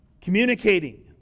communicating